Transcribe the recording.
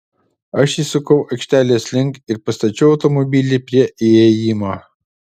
aš įsukau aikštelės link ir pastačiau automobilį prie įėjimo